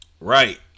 Right